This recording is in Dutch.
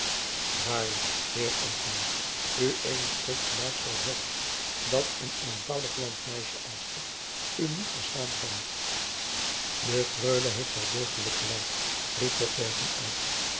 waarlijk heer ambtman ued spreekt vandaag zoo hoofsch dat een eenvoudig landmeisje als ik u niet verstaan kan de freule heeft wel deugdelijk gelijk riep